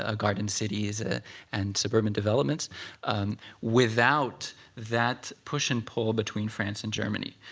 ah garden cities ah and suburban developments without that push and pull between france and germany,